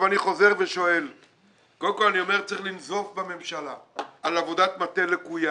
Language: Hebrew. אני אומר שקודם כל צריך לנזוף בממשלה על עבודת מטה לקויה.